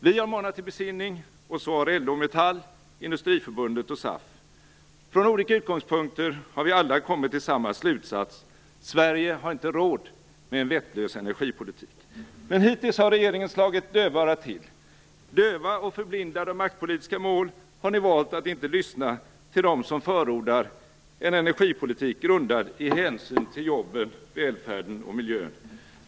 Vi har manat till besinning, och så har LO och Metall, Industriförbundet och SAF. Från olika utgångspunkter har vi alla kommit till samma slutsats: Sverige har inte råd med en vettlös energipolitik. Men hittills har regeringen slagit dövörat till. Döva och förblindade av maktpolitiska mål har ni valt att inte lyssna till dem som förordar en energipolitik grundad i hänsyn till jobben, välfärden och miljön.